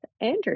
Andrew